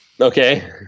Okay